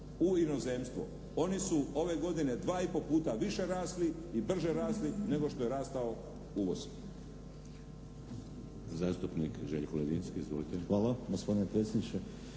u inozemstvo. Oni su ove godine dva i pol puta više rasli i brže rasli nego što je rastao uvoz.